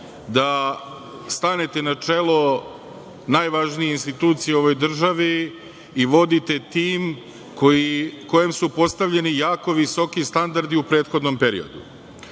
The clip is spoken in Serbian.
da stanete na čelo najvažnije institucije u ovoj državi i vodite tim kojem su postavljeni jako visoki standardi u prethodnom periodu.